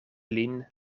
lin